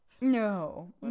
no